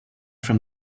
from